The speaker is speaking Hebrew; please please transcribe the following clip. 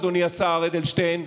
אדוני השר אדלשטיין,